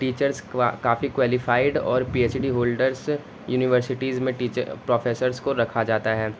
teachers کافی qualified اور P H D holders universities میں پروفیسرز کو رکھا جاتا ہے